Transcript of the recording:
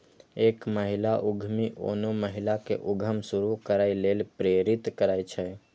एक महिला उद्यमी आनो महिला कें उद्यम शुरू करै लेल प्रेरित करै छै